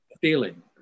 feeling